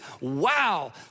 wow